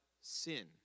sin